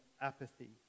apathy